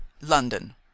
London